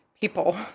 people